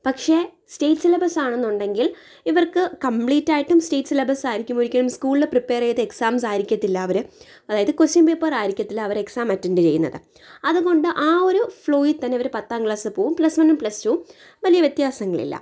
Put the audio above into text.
പക്ഷേ state syllabus ആണെന്ന് ഉണ്ടെങ്കിൽ ഇവർക്ക് കംപ്ലീറ്റ് ആയിട്ടും സ്റ്റേറ്റ് സിലബസ് ആയിരിക്കും ഒരിക്കലും സ്കൂളിലെ പ്രിപ്പയർ ചെയ്ത എക്സാം ആയിരിക്കത്തില്ല അവർ അതായത് ക്വസ്റ്റ്യന് പേപ്പര് ആയിരിക്കത്തില്ല അവർ എക്സാം അറ്റന്ഡ് ചെയ്യുന്നത് അത് കൊണ്ട് ആ ഒരു ഫ്ലോയില് തന്നെ അവര് പത്താം ക്ലാസ് പോകും പ്ലസ് വണ്ണും പ്ലസ്ടുവും വലിയ വ്യത്യാസങ്ങളില്ല